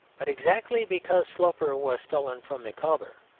but exactly because sloper was stolen from micawber,